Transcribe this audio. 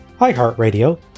iHeartRadio